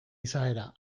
izaera